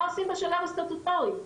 מה עושים בשלב הסטטוטורי.